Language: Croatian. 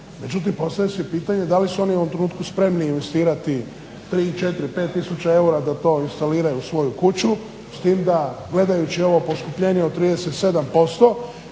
Međutim, postavlja se pitanje da li su oni u ovom trenutku spremni investirati tri, četiri, pet tisuća eura da to instaliraju u svoju kuću s tim da gledajući ovo poskupljenje od 37%